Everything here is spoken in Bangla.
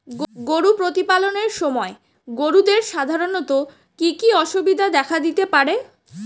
গরু প্রতিপালনের সময় গরুদের সাধারণত কি কি অসুবিধা দেখা দিতে পারে?